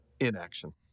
inaction